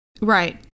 Right